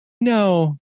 no